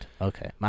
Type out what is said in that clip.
Okay